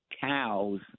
cows